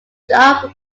job